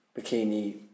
bikini